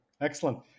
excellent